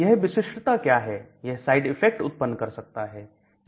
यदि विशिष्टता क्या है यह साइड इफेक्ट उत्पन्न कर सकता है